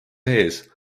ees